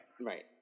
right